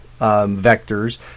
vectors